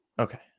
Okay